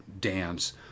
dance